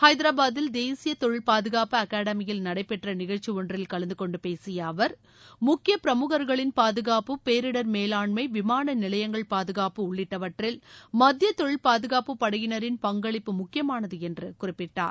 ஹைதராபாதில் தேசிய தொழில் பாதுகாப்பு அகடமியில் நடைபெற்ற நிகழ்ச்சி ஒன்றில் கலந்துகொண்டு பேசிய அவர் முக்கிய பிரமுகர்களின் பாதுகாப்பு பேரிடர் மேலாண்மை விமான நிலையங்கள் பாதுகாப்பு உள்ளிட்டவற்றில் மத்திய தொழில் பாதுகாப்பு படையினரின் பங்களிப்பு முக்கியமானது என்று குறிப்பிட்டார்